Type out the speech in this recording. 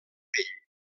pell